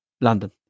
london